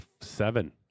seven